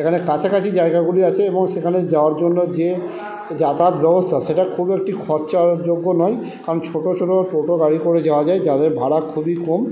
এখানে কাছাকাছি জায়গাগুলি আছে এবং সেখানে যাওয়ার জন্য যে যাতায়াত ব্যবস্থা সেটা খুব একটি খরচাযোগ্য নয় কারণ ছোটো ছোটো টোটো গাড়ি করে যাওয়া যায় যাদের ভাড়া খুবই কম